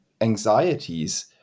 anxieties